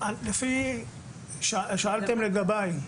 שאלתם לגביי.